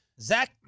Zach